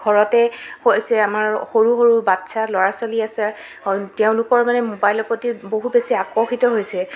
ঘৰতে হৈছে আমাৰ সৰু সৰু বাচ্ছা ল'ৰা ছোৱালী আছে তেওঁলোকৰ মানে মোবাইলৰ প্ৰতি বহুত বেছি আকৰ্ষিত হৈছে